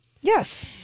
Yes